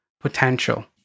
potential